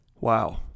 wow